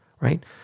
Right